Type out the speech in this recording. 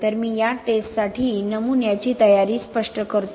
तर मी या टेस्टसाठी नमुन्याची तयारी स्पष्ट करतो